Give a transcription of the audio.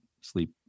sleep